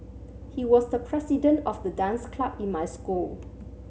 he was the president of the dance club in my school